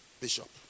Bishop